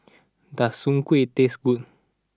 does Soon Kway taste good